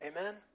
Amen